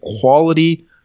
quality